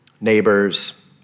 neighbors